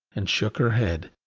and shook her head.